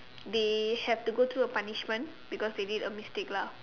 they have to go through a punishment because they did a mistake lah